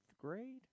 grade